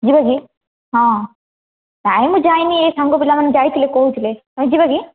ଯିବା କି ହଁ ନାଇଁ ମୁଁ ଯାଇନି ଏହି ସାଙ୍ଗ ପିଲାମାନେ ଯାଇଥିଲେ କହୁଥିଲେ ଆମେ ଯିବା କି